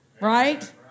Right